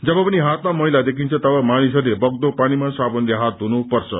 जब पनि हातमा मैला देखिन्छ तब मानिसहरूले बग्दो पानीमा साबुनले हात धुनु पर्छ